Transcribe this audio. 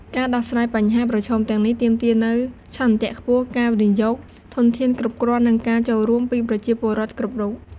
ការដោះស្រាយបញ្ហាប្រឈមទាំងនេះទាមទារនូវឆន្ទៈខ្ពស់ ការវិនិយោគធនធានគ្រប់គ្រាន់ និងការចូលរួមពីប្រជាពលរដ្ឋគ្រប់រូប។